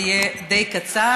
זה יהיה די קצר,